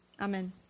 Amen